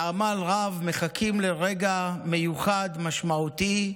בעמל רב, מחכים לרגע מיוחד, משמעותי,